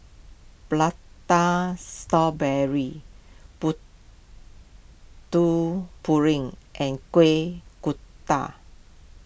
Prata Strawberry Putu Piring and Kueh Kodok